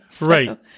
Right